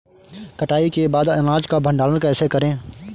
कटाई के बाद अनाज का भंडारण कैसे करें?